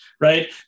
right